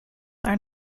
are